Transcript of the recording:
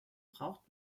braucht